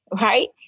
right